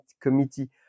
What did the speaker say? Committee